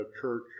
church